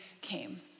came